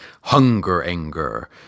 hunger-anger